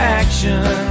action